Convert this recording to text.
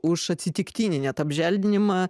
už atsitiktinį net apželdinimą